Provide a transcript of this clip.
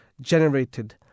generated